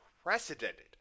unprecedented